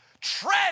Tread